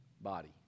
body